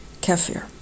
kefir